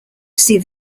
see